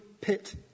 pit